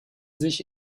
sich